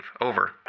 Over